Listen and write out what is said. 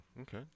okay